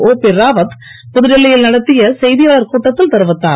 ஒபி ராவத் புதுடில்லியில் நடத்திய செய்தியாளர் கூட்டத்தில் தெரிவித்தார்